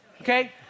Okay